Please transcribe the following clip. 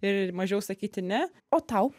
ir mažiau sakyti ne o tau